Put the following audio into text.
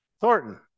Thornton